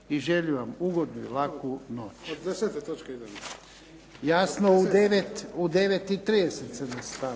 I želim vam ugodnu i laku noć.